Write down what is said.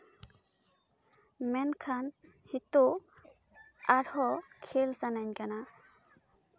ᱢᱮᱱᱠᱷᱟᱱ ᱱᱤᱛᱳᱜ ᱟᱨᱦᱚᱸ ᱠᱷᱮᱞ ᱥᱟᱱᱟᱧ ᱠᱟᱱᱟ